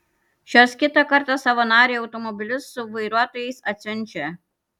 šios kitą kartą savo narei automobilius su vairuotojais atsiunčia